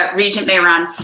ah regent mayeron.